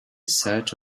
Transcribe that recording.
search